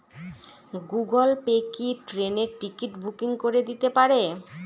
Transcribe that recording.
Google Pay কি ট্রেনের ticket booking করে দিতে পারে?